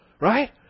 Right